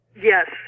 Yes